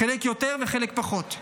חלק יותר וחלק פחות.